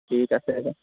ঠিক আছে দাদা